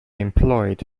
employed